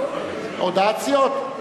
הודעת סיעות.